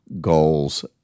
goals